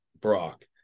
Brock